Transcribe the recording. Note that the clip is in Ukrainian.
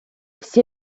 всі